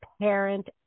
parent